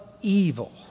evil